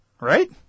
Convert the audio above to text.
right